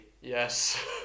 Yes